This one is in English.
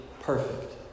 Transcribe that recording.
perfect